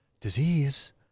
disease